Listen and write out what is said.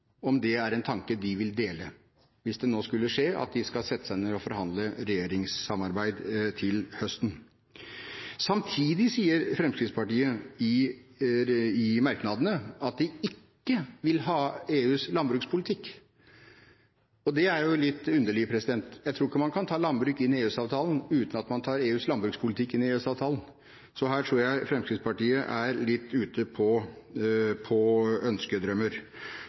om det er en tanke de deler, hvis det nå skulle skje at de skal sette seg ned og forhandle om regjeringssamarbeid til høsten. Samtidig sier Fremskrittspartiet i merknadene at de ikke vil ha EUs landbrukspolitikk. Det er litt underlig. Jeg tror ikke man kan ta landbruk inn i EØS-avtalen uten at man tar EUs landbrukspolitikk inn i EØS-avtalen. Så her tror jeg Fremskrittspartiet